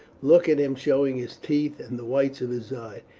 look at him showing his teeth and the whites of his eyes.